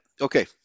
okay